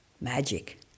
magic